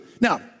Now